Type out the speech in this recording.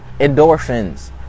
endorphins